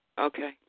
Okay